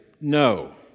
no